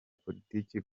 politiki